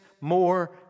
more